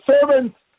servants